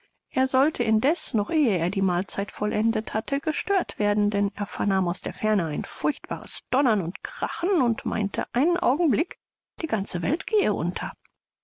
er sollte indeß noch ehe er die mahlzeit vollendet hatte gestört werden denn er vernahm aus der ferne ein furchtbares donnern und krachen und meinte einen augenblick die ganze welt gehe unter